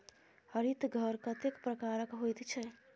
हरित घर कतेक प्रकारक होइत छै?